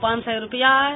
पांच सौ रूपया आये